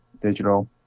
digital